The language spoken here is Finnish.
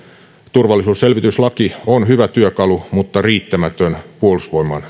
turvallisuusselvityslaki on hyvä työkalu mutta riittämätön puolustusvoimain